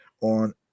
on